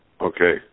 Okay